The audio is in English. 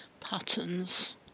patterns